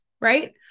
right